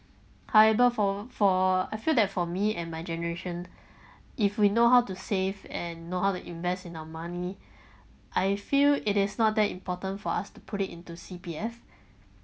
however for for I feel that for me and my generation if we know how to save and know how to invest in our money I feel it is not that important for us to put it into C_P_F